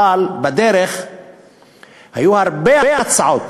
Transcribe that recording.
אבל בדרך היו הרבה הצעות